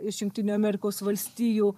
iš jungtinių amerikos valstijų